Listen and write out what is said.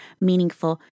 meaningful